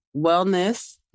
wellness